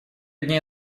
дней